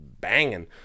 banging